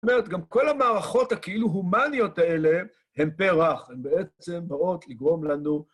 זאת אומרת, גם כל המערכות הכאילו הומניות האלה, הן פרח, הן בעצם באות לגרום לנו...